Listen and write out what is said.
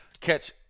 Catch